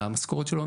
המשכורת שלו,